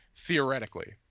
theoretically